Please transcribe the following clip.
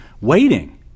waiting